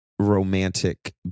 romantic